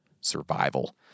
survival